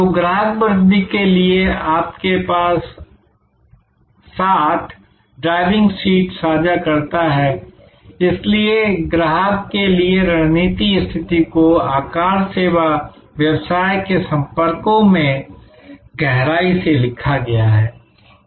तो ग्राहक वृद्धि के लिए आपके साथ ड्राइविंग सीट साझा करता है इसलिए ग्राहक के लिए रणनीतिक स्थिति को आकार सेवा व्यवसाय के संपर्कों में गहराई से लिखा गया है